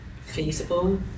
feasible